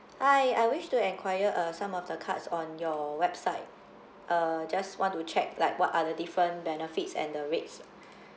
hi I wish to enquire uh some of the cards on your website err just want to check like what are the different benefits and the rates